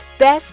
Best